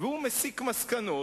והוא מסיק מסקנות.